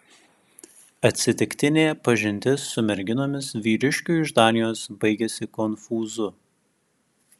atsitiktinė pažintis su merginomis vyriškiui iš danijos baigėsi konfūzu